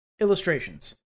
Illustrations